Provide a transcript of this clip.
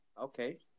okay